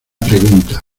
pregunta